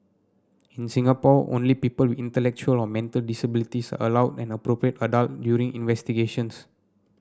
in Singapore only people intellectual or mental disabilities are allowed an appropriate adult during investigations